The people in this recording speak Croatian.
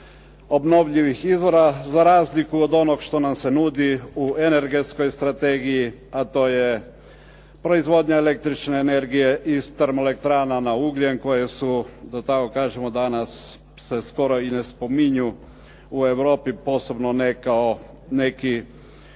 obnovljivih izvora, za razliku od onog što nam se nudi u energetskoj strategiji, a to je proizvodnja električne energije iz termoelektrana na ugljen koje su, da tako kažemo, danas se skoro i ne spominju u Europi, posebno ne kao neki